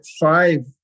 five